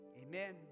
Amen